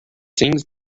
things